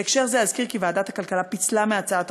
בהקשר זה אזכיר כי ועדת הכלכלה פיצלה מהצעת